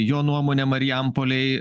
jo nuomone marijampolėj